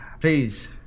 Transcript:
Please